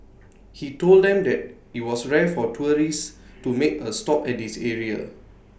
he told them that IT was rare for tourists to make A stop at this area